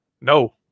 no